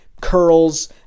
curls